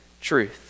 truth